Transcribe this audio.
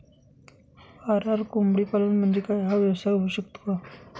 RR कोंबडीपालन म्हणजे काय? हा व्यवसाय होऊ शकतो का?